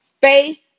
faith